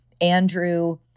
Andrew